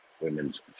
Women's